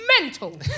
mental